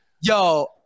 Yo